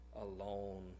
alone